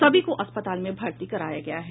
सभी को अस्पताल में भर्ती कराया गया है